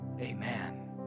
Amen